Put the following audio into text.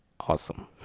awesome